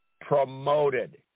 promoted